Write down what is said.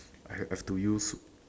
I've I've to use